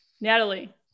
Natalie